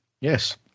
Yes